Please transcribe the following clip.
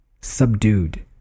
subdued